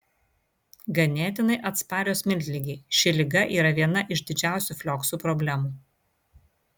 ganėtinai atsparios miltligei ši liga yra viena iš didžiausių flioksų problemų